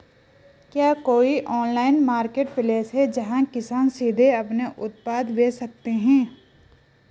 क्या कोई online marketplace है, जहां किसान सीधे अपने उत्पाद बेच सकते हैं?